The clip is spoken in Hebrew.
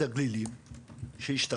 ואחד הגלילים שהשתחרר